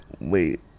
wait